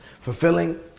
fulfilling